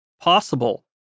possible